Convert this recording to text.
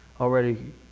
already